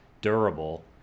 durable